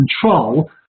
control